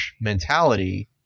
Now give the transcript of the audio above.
mentality